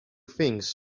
things